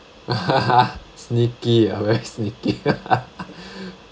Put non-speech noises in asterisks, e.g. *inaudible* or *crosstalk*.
*laughs* sneaky ah very sneaky *laughs*